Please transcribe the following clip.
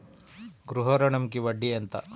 గృహ ఋణంకి వడ్డీ ఎంత?